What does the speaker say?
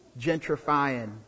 gentrifying